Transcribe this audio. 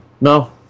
No